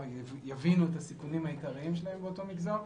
יבינו את הסיכונים העיקריים שלהם באותו מגזר.